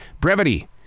Brevity